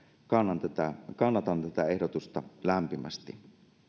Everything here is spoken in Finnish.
kannatan tätä kannatan tätä ehdotusta lämpimästi